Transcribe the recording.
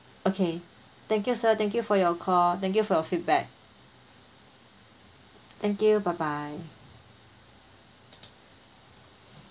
okay thank you sir thank you for your call thank you for your feedback thank you bye bye